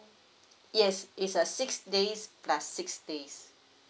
yes it's a six days plus six days